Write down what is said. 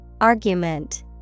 Argument